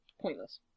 pointless